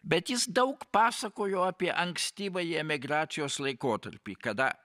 bet jis daug pasakojo apie ankstyvąjį emigracijos laikotarpį kada